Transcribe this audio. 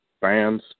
fans